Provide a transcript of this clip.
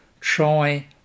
try